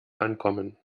ankommen